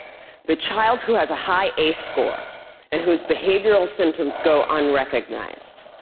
the child who has a high ace score and whose behavioral symptoms go unrecognized,